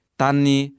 tani